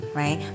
right